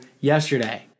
yesterday